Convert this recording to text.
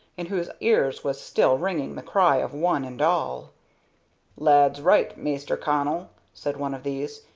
in whose ears was still ringing the cry of one and all lad's right, maister connell, said one of these.